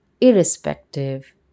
irrespective